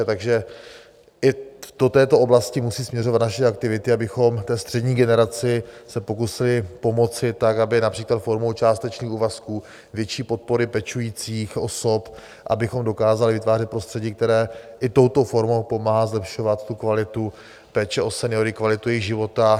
Takže i do této oblasti musí směřovat naše aktivity, abychom té střední generaci se pokusili pomoci tak, aby například formou částečných úvazků, větší podpory pečujících osob, abychom dokázali vytvářet prostředí, které i touto formou pomáhá zlepšovat kvalitu péče o seniory, kvalitu jejich života.